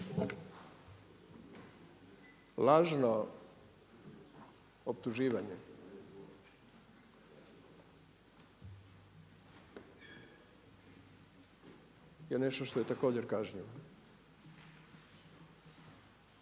Lažno optuživanje je nešto što je također kažnjivo.